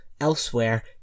elsewhere